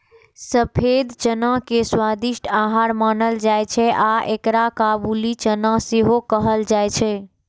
सफेद चना के स्वादिष्ट आहार मानल जाइ छै आ एकरा काबुली चना सेहो कहल जाइ छै